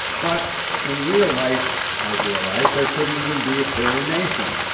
but in real life, i realized, there couldn't even be a perry mason.